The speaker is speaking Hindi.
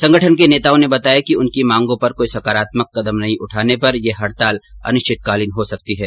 संगठनों के नेताओं ने बताया कि उनकी मांगों पर कोई सकारात्मक कदम नहीं उठाने पर यह हड़ताल अनिश्चितकालीन भी हो सकती हैं